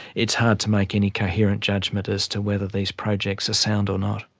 it's hard to make any coherent judgement as to whether these projects are sound or not.